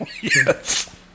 Yes